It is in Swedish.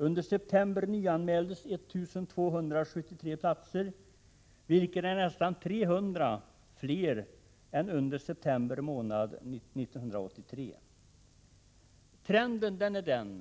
Under september nyanmäldes 1 273 platser, vilket är nästan 300 fler än under september 1983. Trenden är